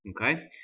Okay